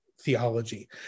theology